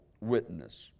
witness